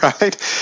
right